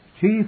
chief